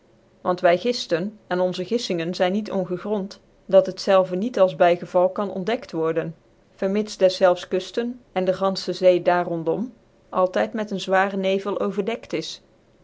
want wy gillen en onze giflingen zyn niet ongegrond dat het zelve niet als by geval kan ontdekt worden vermits dcilclfs kutten cn dc gauichc zee daar rondom altyd met ecu zware nevel overdekt is